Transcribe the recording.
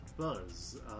Buzz